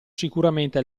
sicuramente